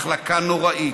מחלקה נוראית.